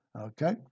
Okay